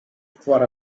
for